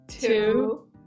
two